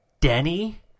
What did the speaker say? Denny